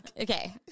Okay